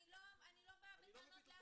אני לא מביא דוגמה.